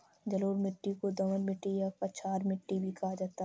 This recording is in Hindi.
जलोढ़ मिट्टी को दोमट मिट्टी या कछार मिट्टी भी कहा जाता है